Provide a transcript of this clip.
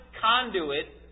conduit